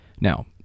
Now